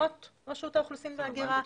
לשכות רשות האוכלוסין וההגירה,